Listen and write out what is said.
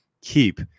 keep